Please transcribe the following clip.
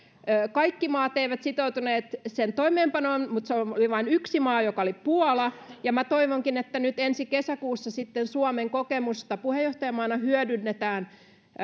kaikki maat eivät sitoutuneet sen toimeenpanoon mutta se oli vain yksi maa joka oli puola toivonkin että nyt sitten ensi kesäkuussa suomen kokemusta puheenjohtajamaana hyödynnetään